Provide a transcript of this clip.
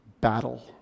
battle